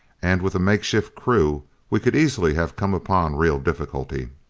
and with a makeshift crew we could easily have come upon real difficulty.